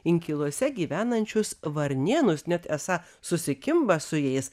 inkiluose gyvenančius varnėnus net esą susikimba su jais